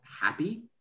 happy